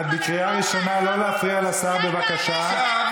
את בקריאה ראשונה, לא להפריע לשר, בבקשה.